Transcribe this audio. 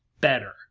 better